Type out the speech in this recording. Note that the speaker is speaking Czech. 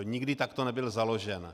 Nikdy takto nebyl založen.